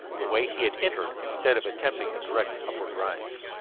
the way he had entered, instead of attempting a direct upward rise.